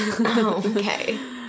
Okay